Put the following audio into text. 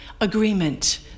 agreement